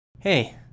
hey